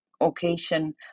occasion